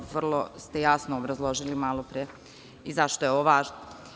Vrlo ste jasno obrazložili malopre i zašto je ovo važno.